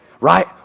Right